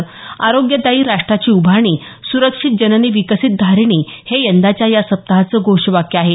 आरोग्यदायी राष्ट्राची उभारणी सुरक्षित जननी विकसित धारिणी हे यंदाच्या या सप्पाहाचं घोषवाक्य आहे